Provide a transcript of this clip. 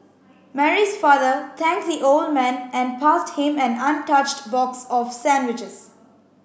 Mary's father thanked the old man and passed him an untouched box of sandwiches